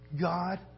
God